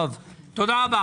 תודה.